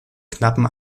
knappen